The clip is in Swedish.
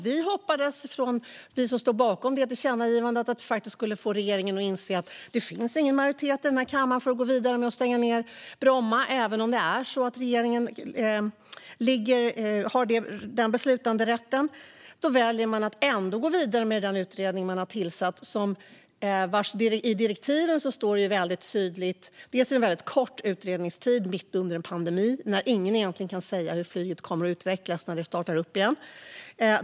Vi som stod bakom det hoppades att det skulle få regeringen att inse att även om man själv har beslutanderätt finns det ingen majoritet i kammaren för att gå vidare med förslaget att stänga ned Bromma. Man valde ändå att gå vidare med den utredning som tillsatts. Utredningstiden för den var väldigt kort mitt under en pandemi när ingen egentligen kunde säga hur flyget kommer att utvecklas när det startar upp igen.